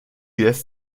lässt